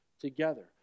together